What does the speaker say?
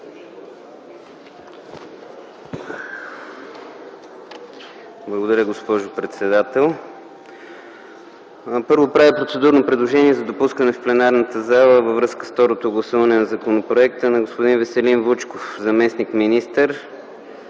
Благодаря, госпожо председател. Първо, правя процедурно предложение за допускане в пленарната зала във връзка с второто гласуване на законопроекта на господин Веселин Вучков – заместник-министър